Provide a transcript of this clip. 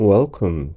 Welcome